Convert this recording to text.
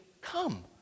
come